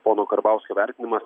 pono karbauskio vertinimas